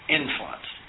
influence